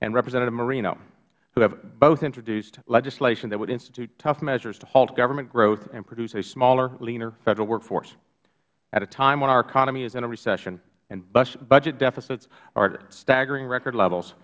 and representative marino who have both introduced legislation that would institute tough measures to halt government growth and produce a smaller leaner federal workforce at a time when our economy is in a recession and budget deficits are at staggering record levels